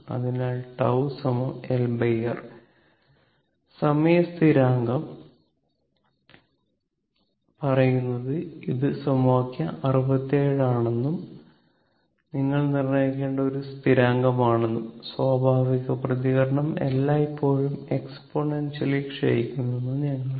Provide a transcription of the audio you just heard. അതിനാൽ τ LR time സ്ഥിരാങ്കം പറയുന്നത് ഇത് സമവാക്യം 67 ആണെന്നും നിങ്ങൾ നിർണ്ണയിക്കേണ്ട ഒരു സ്ഥിരാങ്കമാണെന്നും സ്വാഭാവിക പ്രതികരണം എല്ലായ്പ്പോഴും എക്സ്പൊനെൻഷ്യലി ക്ഷയിക്കുന്നുവെന്ന് ഞങ്ങൾക്കറിയാം